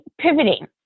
pivoting